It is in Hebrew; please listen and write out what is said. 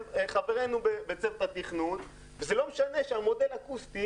חברינו בצוות התכנון וזה לא משנה שהמודל האקוסטי